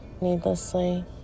needlessly